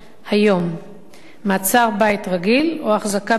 מעצר בית רגיל או החזקה בבית-מאסר או בכלא.